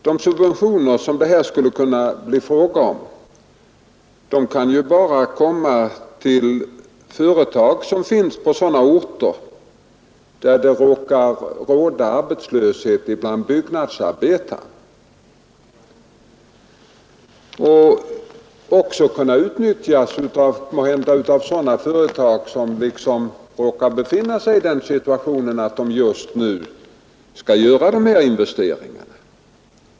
De subventioner som det här skulle kunna bli fråga om kan ju bara utnyttjas av företag som arbetar på orter där det råkar råda arbetslöshet bland byggnadsarbetarna och av företag som befinner sig i den situationen att de just nu önskar göra de här investeringarna.